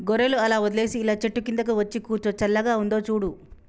గొర్రెలు అలా వదిలేసి ఇలా చెట్టు కిందకు వచ్చి కూర్చో చల్లగా ఉందో చూడు